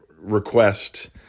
request